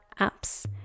apps